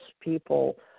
people